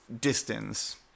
distance